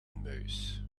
muis